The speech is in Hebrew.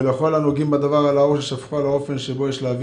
-- ולכל הנוגעים בדבר על האור ששפכו לגבי האופן שבו יש להבין